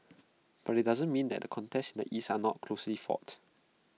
but IT doesn't mean that the contests in the east are not closely fought